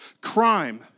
crime